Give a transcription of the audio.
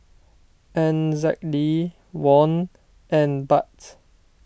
N Z D Won and Baht